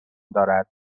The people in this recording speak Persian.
دارد